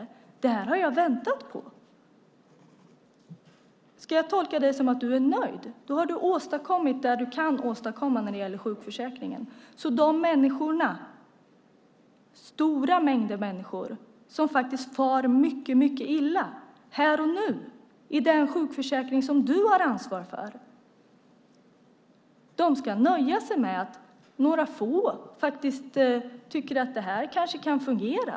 Ska jag tolka det som att du är nöjd, Cristina Husmark Pehrsson, och har åstadkommit det du kan åstadkomma när det gäller sjukförsäkringen? Den stora mängd människor som far illa här och nu i den sjukförsäkring som du har ansvar för ska alltså nöja sig med detta för att några få tycker att det kanske fungerar.